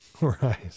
Right